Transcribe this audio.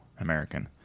American